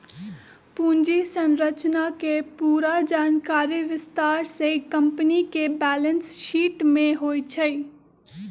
पूंजी संरचना के पूरा जानकारी विस्तार से कम्पनी के बैलेंस शीट में होई छई